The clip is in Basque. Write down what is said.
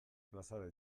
plazara